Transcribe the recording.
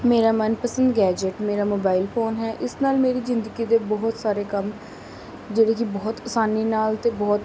ਮੇਰਾ ਮਨ ਪਸੰਦ ਗੈਜੇਟ ਮੇਰਾ ਮੋਬਾਈਲ ਫੋਨ ਹੈ ਇਸ ਨਾਲ ਮੇਰੀ ਜ਼ਿੰਦਗੀ ਦੇ ਬਹੁਤ ਸਾਰੇ ਕੰਮ ਜਿਹੜੇ ਕਿ ਬਹੁਤ ਅਸਾਨੀ ਨਾਲ ਅਤੇ ਬਹੁਤ